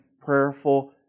prayerful